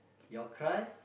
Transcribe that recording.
your cry